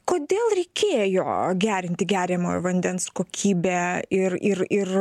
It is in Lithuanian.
kodėl reikėjo gerinti geriamojo vandens kokybę ir ir ir